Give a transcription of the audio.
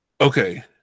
Okay